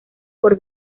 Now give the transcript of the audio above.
por